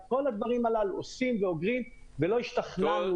את כל הדברים הללו עושים ואוגרים ולא השתכנענו